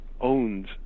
owned